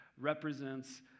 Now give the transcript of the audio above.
represents